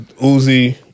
Uzi